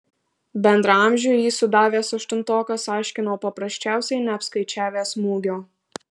bendraamžiui jį sudavęs aštuntokas aiškino paprasčiausiai neapskaičiavęs smūgio